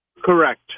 Correct